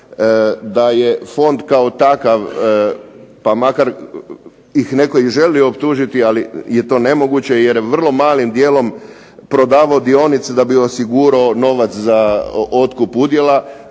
da je Fond kao takav pa makar ih netko želio optužiti ali je to nemoguće vrlo malim dijelom prodavao dionice da bi osigurao novac za otkup udjela,